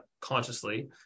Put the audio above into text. consciously